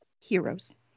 Heroes